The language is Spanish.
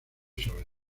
sobre